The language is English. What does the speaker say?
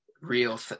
real